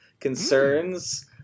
concerns